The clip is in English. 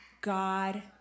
God